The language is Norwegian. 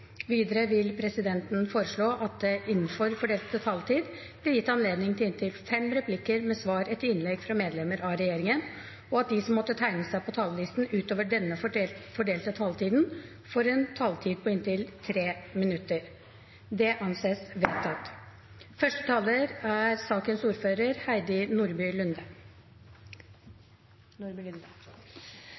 Videre vil presidenten foreslå at det – innenfor den fordelte taletid – blir gitt anledning til inntil fem replikker med svar etter innlegg fra medlemmer av regjeringen, og at de som måtte tegne seg på talerlisten utover den fordelte taletiden, får en taletid på inntil 3 minutter. – Det anses vedtatt.